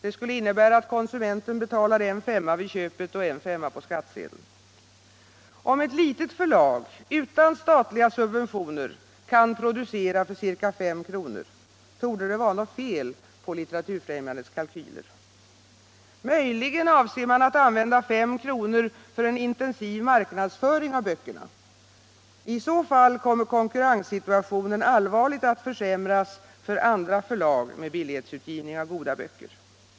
Det skulle innebära att konsumenten betalade en femma vid köpet och en femma på skattsedeln. Om eu litet förlag, utan statliga subventioner, kan producera för ca 3 kr. torde det vara något fel på Litteraturfrämjandets kalkyler. Möjligen avser man att använda 5 kr. för en intensiv marknadsföring av böckerna. I så fall kommer konkurrenssituationen allvarligt att försämras för andra förlag med billighetsutgivning av goda böcker.